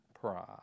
pride